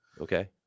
Okay